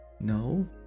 No